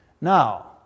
Now